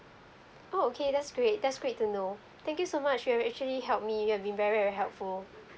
oh okay that's great that's great to know thank you so much you've actually help me you have been very h~ helpful